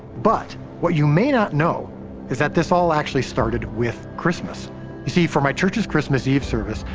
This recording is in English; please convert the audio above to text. but what you may not know is that this all actually started with christmas. you see for my church's christmas eve service,